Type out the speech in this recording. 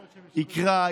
יקרא,